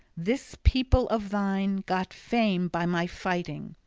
this people of thine got fame by my fighting.